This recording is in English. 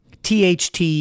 THT